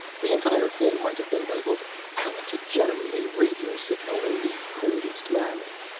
the entire thing might have been labeled how to generate a radio signal in the crudest manner.